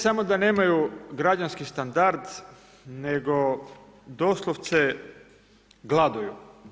Ne samo da nemaju građanski standard nego doslovce gladuju.